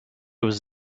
was